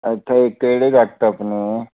अच्छा केह्ड़ी ऐ अपनी